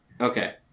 okay